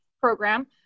program